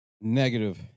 Negative